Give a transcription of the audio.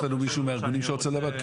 יש לנו מישהו מארגונים שרוצה לדבר?